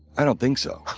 i don't think so.